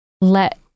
let